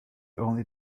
only